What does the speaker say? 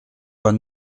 pas